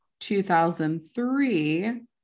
2003